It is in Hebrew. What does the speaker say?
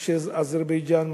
של אזרבייג'ן,